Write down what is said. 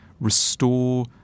restore